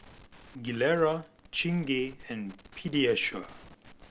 Gilera Chingay and Pediasure